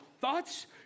thoughts